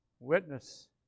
Witness